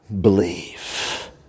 believe